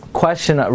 question